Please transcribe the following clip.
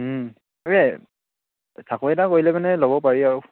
এই চাকৰি এটা কৰিলে মানে ল'ব পাৰি আৰু